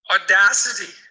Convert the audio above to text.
audacity